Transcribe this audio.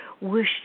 wish